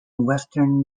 western